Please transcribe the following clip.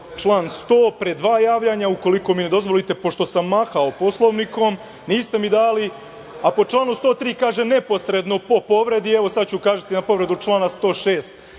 Član 100. pre dva javljanja, ukoliko mi dozvolite, pošto sam mahao Poslovnikom, niste mi dali, a po članu 103. kaže – neposredno po povredi. Evo sad ću ukazati na povredu člana 106.